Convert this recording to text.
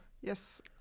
Yes